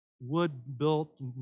wood-built